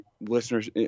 listeners